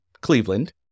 Cleveland